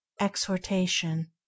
Exhortation